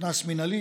(קנס מינהלי,